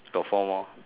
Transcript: got four more